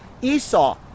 esau